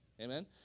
amen